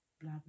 blah